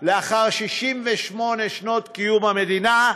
לאחר 68 שנות קיום המדינה,